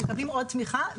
מקבלים עוד תמיכה,